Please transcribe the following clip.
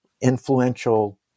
influential